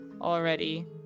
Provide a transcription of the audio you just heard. already